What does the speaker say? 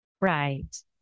Right